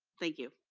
thank you.